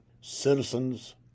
Citizens